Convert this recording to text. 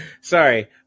sorry